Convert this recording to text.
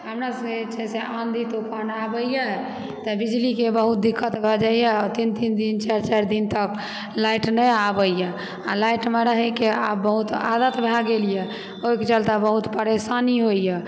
हमरा सभकेँ जे छै से आँधी तूफान आबैए तऽ बिजलीके बहुत दिक्कत भऽ जाइए तीन तीन दिन चारि चारि दिन तक लाइट नहि आबैए आ लाइटमे रहयके आब बहुत आदत भए गेलए ओहिके चलते बहुत परेशानी होइए